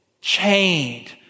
chained